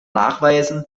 nachweisen